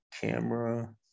camera